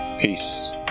Peace